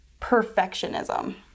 perfectionism